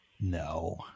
No